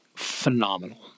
phenomenal